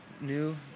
new